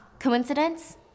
Coincidence